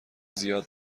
زیاد